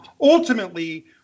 Ultimately